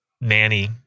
nanny